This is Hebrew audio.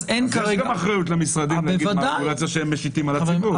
יש גם אחריות למשרדים במה שהם משיתים על הציבור.